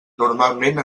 normalment